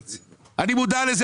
אני מודע לזה,